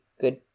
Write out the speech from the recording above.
good